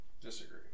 disagree